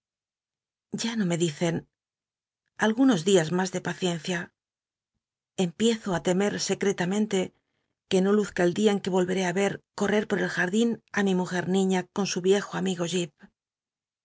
ya no me dicen algunos dias mas de paciencia empiezo i teme s l'clamenlc crue no luzca el dia en que yoheó i er corre por el jardín ü mi mnjcr niiía con su viejo amigo